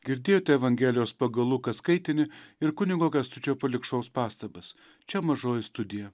girdėjote evangelijos pagal luką skaitinį ir kunigo kęstučio palikšos pastabas čia mažoji studija